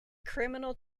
criminal